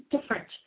different